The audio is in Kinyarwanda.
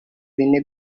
bine